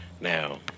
Now